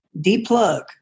De-plug